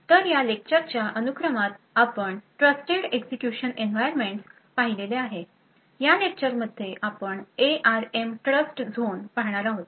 तर या लेक्चरच्या अनुक्रमात आपण ट्रस्टेड एक्झिक्युशन एन्व्हायर्मेंट्स पाहिलेले आहे या लेक्चरमध्ये आपण एआरएम ट्रस्टझोन पाहणार आहोत